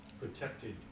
protected